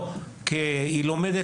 למשל,